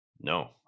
no